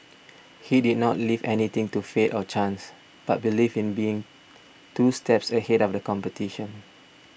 he did not leave anything to faith or chance but believed in being two steps ahead of the competition